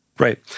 Right